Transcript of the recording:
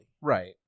Right